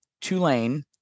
Tulane